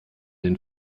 den